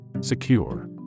Secure